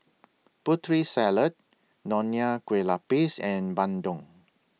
Putri Salad Bonya Kueh Lapis and Bandung